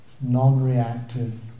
non-reactive